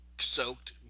soaked